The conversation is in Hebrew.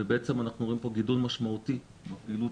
ואנחנו רואים פה גידול משמעותי בפעילות